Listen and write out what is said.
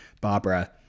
Barbara